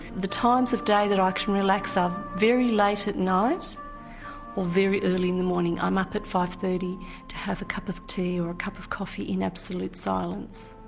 the times of day that i can relax are very late at night or very early in the morning. i'm up at five. thirty to have a cup of tea or a cup of coffee in absolute silence.